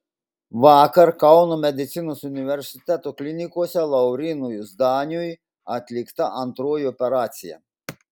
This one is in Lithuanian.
vakar kauno medicinos universiteto klinikose laurynui zdaniui atlikta antroji operacija